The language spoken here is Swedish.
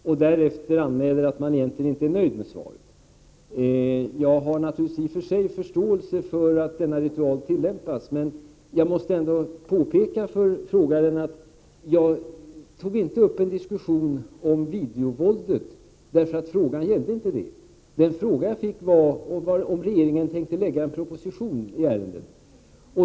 Herr talman! I frågestunderna i riksdagen finns ett rituellt inslag som innebär att den frågande tackar för svaret och därefter anmäler att man egentligen inte är nöjd med svaret. Jag har i och för sig förståelse för att denna ritual tillämpas. Jag måste dock påpeka att jag inte tog upp en diskussion om videovåldet därför att frågan inte gällde detta. Den fråga jag fick var om regeringen tänkte lägga fram en proposition i ärendet.